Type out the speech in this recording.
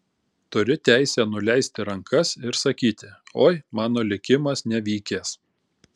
turi teisę nuleisti rankas ir sakyti oi mano likimas nevykęs